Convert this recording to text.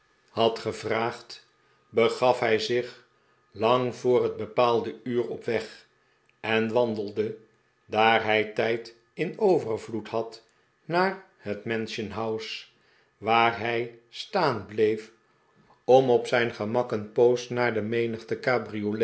brief vraagd begaf hij zich lang voor het bepaalde uur op weg en wandelde daar hij tijd in overvloed had naar het mansionhouse waar hij staan bleef om op zijn gemak een poos naar de menigte